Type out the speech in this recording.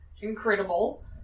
incredible